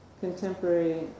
contemporary